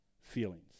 feelings